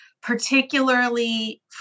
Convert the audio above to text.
particularly